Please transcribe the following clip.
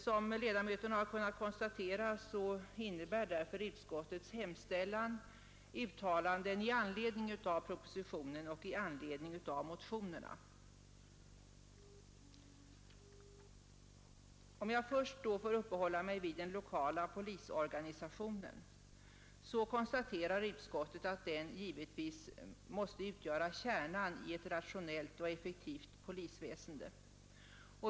Som ledamöterna har kunnat konstatera innehåller därför utskottets hemställan yrkanden i anledning av propositionen och i anledning av motionerna. Jag vill först uppehålla mig vid den lokala polisorganisationen. Utskottet konstaterar att den givetvis måste utgöra kärnan i ett rationellt och effektivt polisväsende.